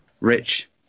Rich